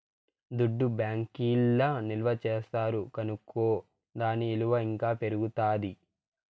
దుడ్డు బ్యాంకీల్ల నిల్వ చేస్తారు కనుకో దాని ఇలువ ఇంకా పెరుగుతాది